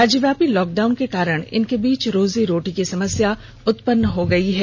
राज्यव्यापी लॉकडाउन के कारण इनके बीच रोजी रोटी की समस्या उतपन्न हो गई है